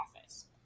office